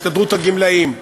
הסתדרות הגמלאים,